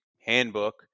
handbook